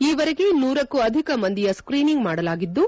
ಈವರೆಗೆ ನೂರಕ್ಕೂ ಅಧಿಕ ಮಂದಿಯ ಸ್ತೀನಿಂಗ್ ಮಾಡಲಾಗಿದ್ದು